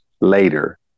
later